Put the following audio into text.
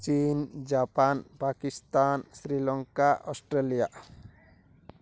Chin Japan Pakistan Sri Lanka Australia